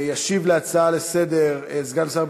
הצעות לסדר-היום מס' 1032,